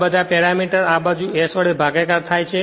આ બધા પેરામેટરઆ બાજુ s વડે ભાગાકાર થાય છે